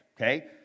okay